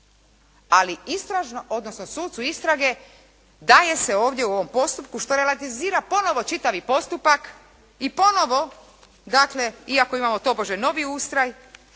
sucu istrage daje se ovdje u ovom postupku što relativizira ponovo čitavi postupak i ponovo dakle iako imamo tobože novi ustroj